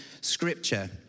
scripture